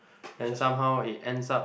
then somehow it ends up